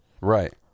Right